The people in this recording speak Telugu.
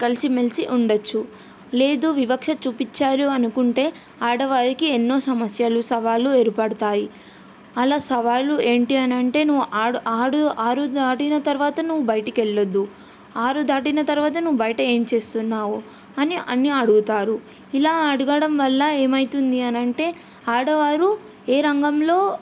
కలిసిమెలిసి ఉండొచ్చు లేదు వివక్ష చూపిచ్చారు అనుకుంటే ఆడవారికి ఎన్నో సమస్యలు సవాళ్ళు ఏర్పడతాయి అలా సవాళ్ళు ఏంటి అనంటే నువ్వు ఆడు ఆడు ఆరు దాటిన తర్వాత నువ్వు బయటికి వెళ్ళొద్దు ఆరు దాటిన తర్వాత నువ్వు బయట ఏం చేస్తున్నావు అని అన్నీ అడుగుతారు ఇలా అడగడం వల్ల ఏమైతుంది అనంటే ఆడవారు ఏ రంగంలో